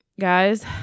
Guys